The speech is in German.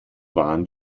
waren